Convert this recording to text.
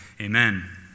Amen